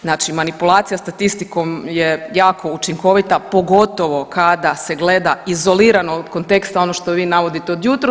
Znači manipulacija statistikom je jako učinkovita pogotovo kada se gleda izolirano u kontekstu ono što vi navodite od jutros.